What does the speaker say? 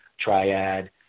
triad